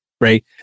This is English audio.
Right